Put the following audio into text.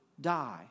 die